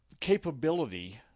capability